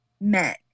Meg